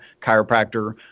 chiropractor